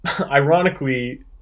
ironically